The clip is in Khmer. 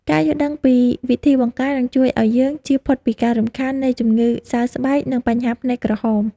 ការយល់ដឹងពីវិធីបង្ការនឹងជួយឱ្យយើងចៀសផុតពីការរំខាននៃជំងឺសើស្បែក និងបញ្ហាភ្នែកក្រហម។